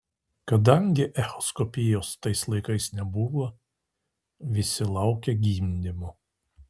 kadangi echoskopijos tais laikais nebuvo visi laukė gimdymo